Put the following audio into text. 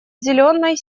зеленой